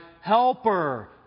helper